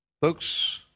Folks